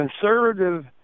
conservative